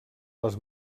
les